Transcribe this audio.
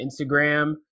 Instagram